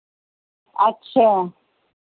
अच्छा